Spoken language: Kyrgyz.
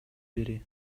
бири